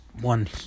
one